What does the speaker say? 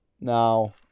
Now